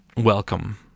Welcome